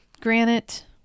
Granite